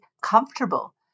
comfortable